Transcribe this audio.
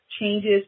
changes